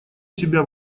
себя